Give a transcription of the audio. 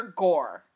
gore